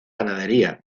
ganadería